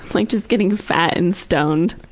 like just getting fat and stoned.